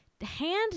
hand